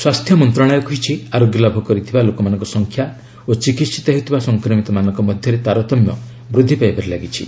ସ୍ୱାସ୍ଥ୍ୟ ମନ୍ତ୍ରଶାଳୟ କହିଛି ଆରୋଗ୍ୟ ଲାଭ କରୁଥିବା ଲୋକମାନଙ୍କ ସଂଖ୍ୟା ଓ ଚିକିିିତ ହେଉଥିବା ସଂକ୍ରମିତମାନଙ୍କ ମଧ୍ୟରେ ତାରତମ୍ୟ ବୃଦ୍ଧି ପାଇବାରେ ଲାଗିଛି